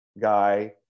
guy